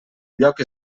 lloc